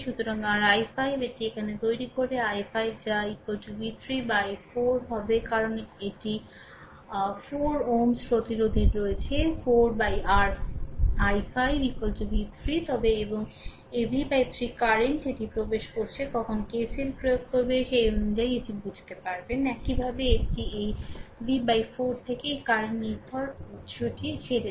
সুতরাং r i5 এটি এখানে তৈরি করে i5 যা v3 বাই 4 হবে কারণ এটি r4 Ω প্রতিরোধের আছে 4 বাই r i5 v3 হবে এবং এই V 3 কারেন্ট এটি প্রবেশ করছে কখন KCL প্রয়োগ করবে সেই অনুযায়ী এটি বুঝতে পারে